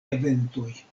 eventoj